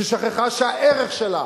ששכחה שהערך שלה